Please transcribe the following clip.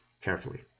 carefully